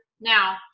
now